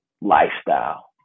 lifestyle